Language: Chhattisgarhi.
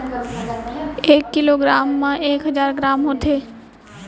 एक किलो ग्राम मा एक हजार ग्राम होथे